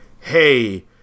Hey